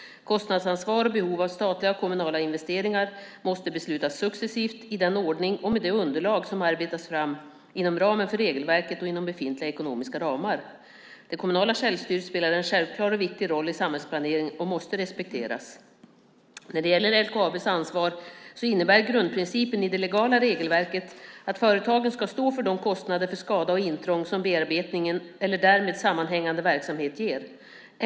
Kostnadsansvar och behov av statliga och kommunala investeringar måste beslutas successivt, i den ordning och med de underlag som arbetas fram inom ramen för regelverket och inom befintliga ekonomiska ramar. Det kommunala självstyret spelar en självklar och viktig roll i samhällsplaneringen och måste respekteras. När det gäller LKAB:s ansvar innebär grundprincipen i det legala regelverket att företagen ska stå för de kostnader för skada och intrång som bearbetningen eller därmed sammanhängande verksamhet ger.